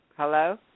Hello